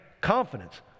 confidence